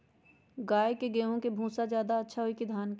गाय के ले गेंहू के भूसा ज्यादा अच्छा होई की धान के?